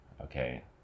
Okay